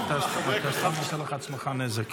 אתה סתם עושה לעצמך נזק.